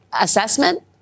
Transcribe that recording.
assessment